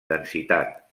densitat